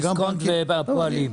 דיסקונט ופועלים.